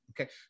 okay